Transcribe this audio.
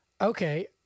Okay